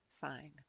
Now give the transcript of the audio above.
fine